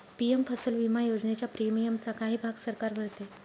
PM फसल विमा योजनेच्या प्रीमियमचा काही भाग सरकार भरते